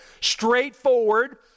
straightforward